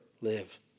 live